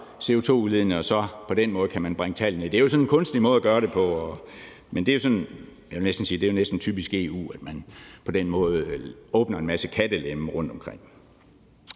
CO2-udledende biler, og på den måde kan man bringe tallet ned. Det er sådan en kunstig måde at gøre det på – jeg vil næsten sige, at det er typisk EU, at man på den måde åbner en masse kattelemme rundtomkring.